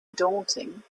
daunting